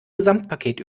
gesamtpaket